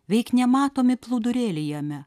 veik nematomi plūdurėliai jame